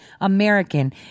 American